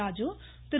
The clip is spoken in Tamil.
ராஜு திரு